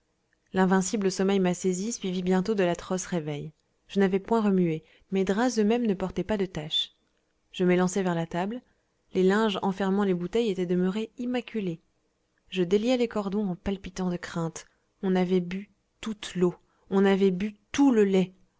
l'invincible sommeil m'a saisi suivi bientôt de l'atroce réveil je n'avais point remué mes draps eux-mêmes ne portaient pas de taches je m'élançai vers ma table les linges enfermant les bouteilles étaient demeurés immaculés je déliai les cordons en palpitant de crainte on avait bu toute l'eau on avait bu tout le lait